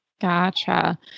Gotcha